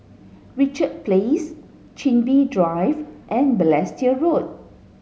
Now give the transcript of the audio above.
Richard Place Chin Bee Drive and Balestier Road